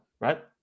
right